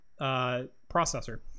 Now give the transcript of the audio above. processor